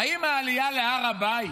האם העלייה להר הבית